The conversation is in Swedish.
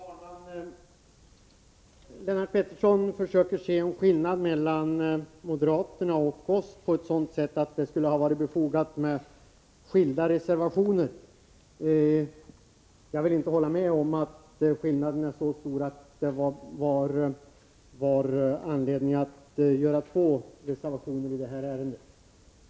Herr talman! Lennart Pettersson försöker se en sådan skillnad mellan moderaterna och oss att det skulle ha varit befogat med skilda reservationer. Jag vill inte hålla med om att skillnaden är så stor att det hade funnits anledning att avge två reservationer i detta ärende.